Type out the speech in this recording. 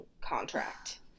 contract